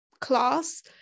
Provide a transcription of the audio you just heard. class